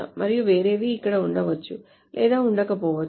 మరియు వేరేవి అక్కడ ఉండవచ్చు లేదా ఉండకపోవచ్చు